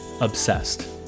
Obsessed